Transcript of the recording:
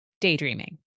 daydreaming